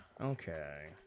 Okay